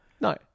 No